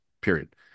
period